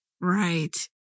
right